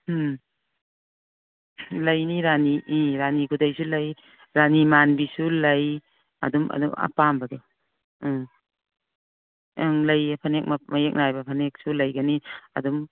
ꯎꯝ ꯂꯩꯅꯤ ꯔꯥꯅꯤ ꯎꯝ ꯔꯥꯅꯤ ꯈꯨꯗꯩꯁꯨ ꯂꯩ ꯔꯥꯅꯤ ꯃꯥꯟꯕꯤꯁꯨ ꯂꯩ ꯑꯗꯨꯝ ꯑꯗꯨ ꯑꯄꯥꯝꯕꯗꯣ ꯎꯝ ꯎꯝ ꯂꯩꯌꯦ ꯐꯅꯦꯛ ꯃꯌꯦꯛ ꯅꯥꯏꯕ ꯐꯅꯦꯛꯁꯨ ꯂꯩꯒꯅꯤ ꯑꯗꯨꯝ